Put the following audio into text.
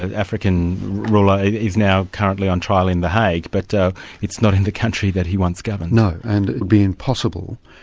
ah african ruler, is now currently on trial in the hague, but it's not in the country that he once governed. no, and it would be impossible,